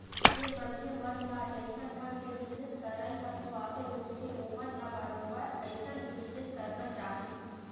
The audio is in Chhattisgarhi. जेन मनखे मन ल जइसन ढंग के बिजनेस करई ह सुहाथे, रुचथे ओमन ल बरोबर अइसन ही बिजनेस करना चाही